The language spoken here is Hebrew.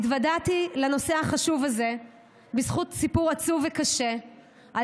התוודעתי לנושא החשוב הזה בזכות סיפור עצוב וקשה על